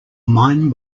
mine